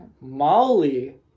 Molly